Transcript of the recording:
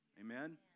amen